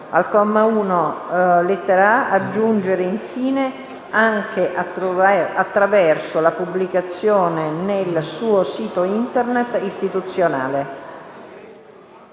Al comma 1, lettera a), aggiungere, in fine, le parole: «anche attraverso la pubblicazione nel suo sito internet istituzionale».